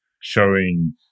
showing